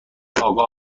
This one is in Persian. آگاه